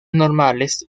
normales